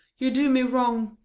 you do me wrong,